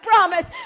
promise